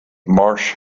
marsh